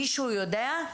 מישהו יודע?